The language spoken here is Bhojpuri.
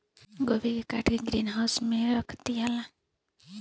गोभी के काट के ग्रीन हाउस में रख दियाला